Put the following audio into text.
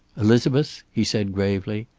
elizabeth, he said gravely.